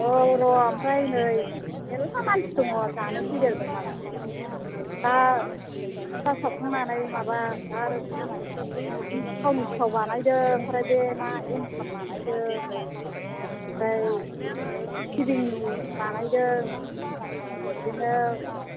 औ र' आमफ्राय नै मेरला मानसि दङ जानो फैदों दमासिनि दा फिथा सावखांनानै माबा आर थावनि सिथाव बानायदों आमफ्राय बे मा एन्थाब बानायदों आमफ्राय मा सिबिंनि बानायदों बिदिनो